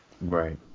right